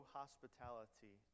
hospitality